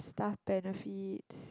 staff benefits